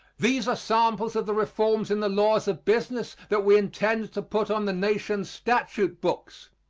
these are samples of the reforms in the laws of business that we intend to put on the nation's statute books.